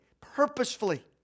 purposefully